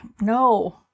no